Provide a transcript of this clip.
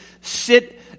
sit